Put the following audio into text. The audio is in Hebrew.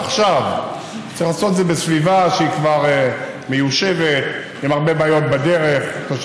את זה מדינת ישראל צריכה להבטיח לכל מי שיוצר תרבות בתחומה,